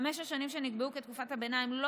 חמש השנים שנקבעו כתקופת הביניים לא